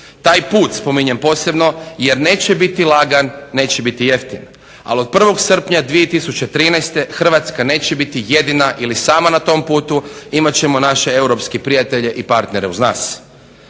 Taj put spominjem posebno jer neće biti lagan, neće biti jeftin. Ali od 1. srpnja 2013. Hrvatska neće biti jedina ili sama na tom putu imat ćemo naše europske prijatelje i partnere uz nas.